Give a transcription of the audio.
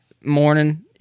morning